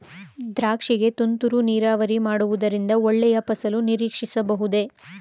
ದ್ರಾಕ್ಷಿ ಗೆ ತುಂತುರು ನೀರಾವರಿ ಮಾಡುವುದರಿಂದ ಒಳ್ಳೆಯ ಫಸಲು ನಿರೀಕ್ಷಿಸಬಹುದೇ?